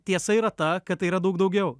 tiesa yra ta kad tai yra daug daugiau